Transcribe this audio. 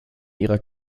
ihrer